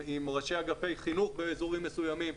עם ראשי אגפי חינוך באזורים מסוימים,